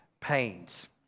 pains